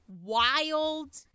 wild